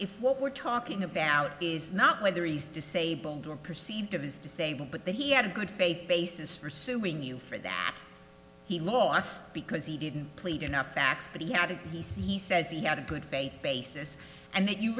if what we're talking about is not whether he's disabled or perceived of his disabled but that he had a good faith basis for suing you for that he lost because he didn't plead enough facts but he had to he says he says he had a good faith basis and that you